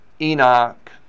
Enoch